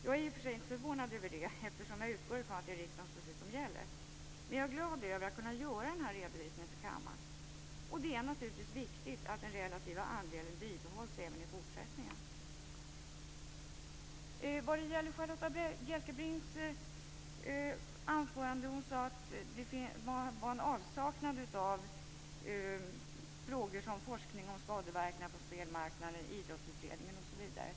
Jag är i och för sig inte förvånad över det, eftersom jag utgår från att det är riksdagens beslut som gäller. Men jag är glad över att kunna göra den här redovisningen för kammaren. Det är naturligtvis viktigt att den relativa andelen behålls även i fortsättningen. Charlotta L Bjälkebring sade i sitt anförande att det var en avsaknad av sådana frågor som forskning om skadeverkningar på spelmarknaden. Det gällde idrottsutredningen osv.